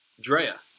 Drea